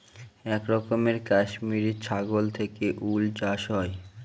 এক রকমের কাশ্মিরী ছাগল থেকে উল চাষ হয়